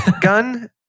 gun